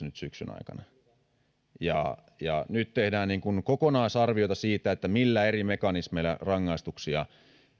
nyt syksyn aikana nyt tehdään kokonaisarviota siitä millä eri mekanismeilla rangaistuksia